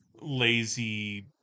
lazy